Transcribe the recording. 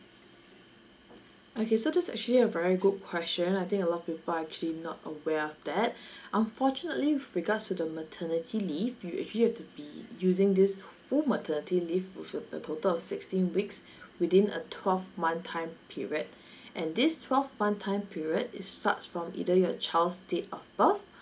okay so that's actually a very good question I think a lot of people are actually not aware of that unfortunately with regards to the maternity leave you actually have to be using this full maternity leave with your the total of sixteen weeks within a twelve month time period and this twelve month time period it starts from either your child's date of birth